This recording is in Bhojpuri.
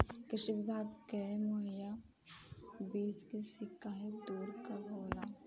कृषि विभाग से मुहैया बीज के शिकायत दुर कब होला?